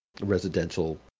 residential